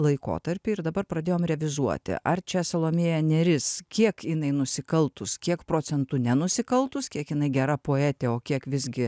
laikotarpį ir dabar pradėjom revizuoti ar čia salomėja nėris kiek jinai nusikaltus kiek procentų nenusikaltus kiek jinai gera poetė o kiek visgi